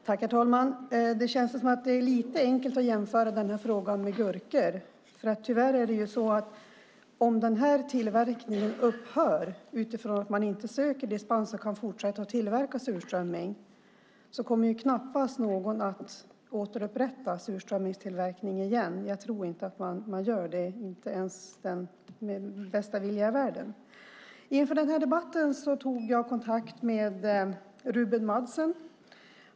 Herr talman! Det känns som att det är lite enkelt att jämföra den här frågan med frågan om gurkor. Tyvärr är det så att om den här tillverkningen upphör, utifrån att man inte söker dispens och kan fortsätta att tillverka surströmming, kommer knappast någon att återuppta surströmmingstillverkning igen. Jag tror inte att man gör det - inte ens med bästa vilja i världen. Inför debatten tog jag kontakt med Ruben Madsen.